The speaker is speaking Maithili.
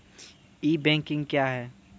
ई बैंकिंग क्या हैं?